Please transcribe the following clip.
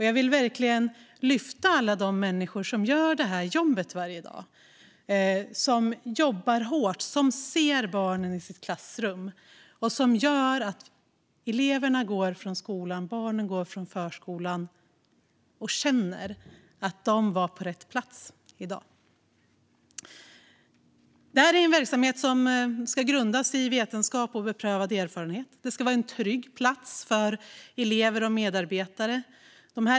Jag vill verkligen lyfta alla de människor som gör detta jobb varje dag, som jobbar hårt, som ser barnen i klassrummet och som gör att eleverna går från skolan och att barnen går från förskolan och känner att de var på rätt plats den dagen. Detta är en verksamhet som ska grundas i vetenskap och beprövad erfarenhet. Det ska vara en trygg plats för elever och medarbetare.